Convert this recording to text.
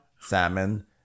Salmon